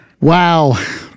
Wow